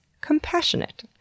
compassionate